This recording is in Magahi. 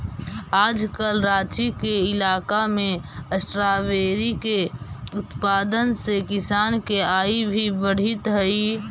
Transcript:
आजकल राँची के इलाका में स्ट्राबेरी के उत्पादन से किसान के आय भी बढ़ित हइ